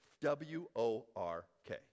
W-O-R-K